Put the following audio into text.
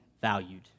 valued